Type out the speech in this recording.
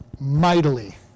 mightily